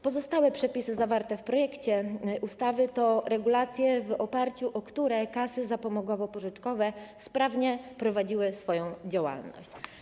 Pozostałe przepisy zawarte w projekcie ustawy to są regulacje, w oparciu o które kasy zapomogowo-pożyczkowe sprawnie prowadziły swoją działalność.